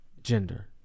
gender